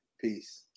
Peace